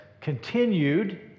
continued